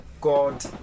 God